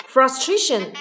Frustration